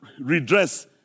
redress